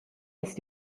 ist